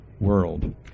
world